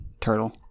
turtle